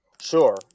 Sure